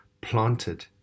planted